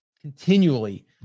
continually